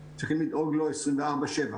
צריכים לדאוג לו 24/7,